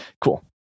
cool